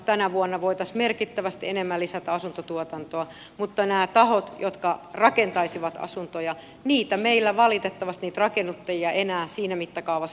tänä vuonna voitaisiin merkittävästi enemmän lisätä asuntotuotantoa mutta näitä tahoja jotka rakentaisivat asuntoja niitä rakennuttajia meillä ei valitettavasti enää siinä mittakaavassa ole